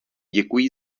děkuji